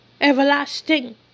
Everlasting